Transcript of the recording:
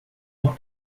uma